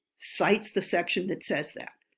cites the section that says that.